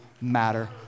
matter